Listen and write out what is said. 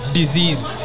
disease